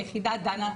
היחידה דנה.